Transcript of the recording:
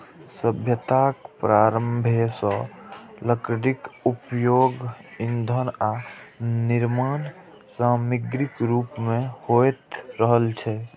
सभ्यताक प्रारंभे सं लकड़ीक उपयोग ईंधन आ निर्माण समाग्रीक रूप मे होइत रहल छै